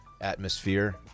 atmosphere